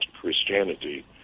Christianity